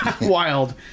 wild